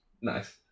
Nice